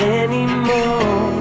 anymore